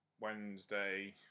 Wednesday